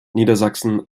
niedersachsen